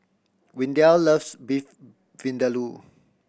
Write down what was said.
Windell loves Beef Vindaloo